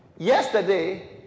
Yesterday